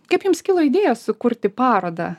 kaip jums kilo idėja sukurti parodą